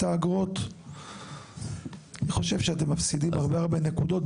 האגרות ואני חושב שאתם מפסידים הרבה מאוד נקודות,